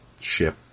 ship